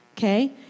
Okay